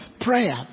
Prayer